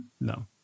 No